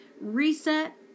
Reset